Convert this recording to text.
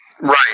Right